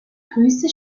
grüße